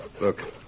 Look